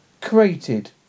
created